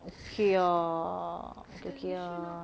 okay ah okay ah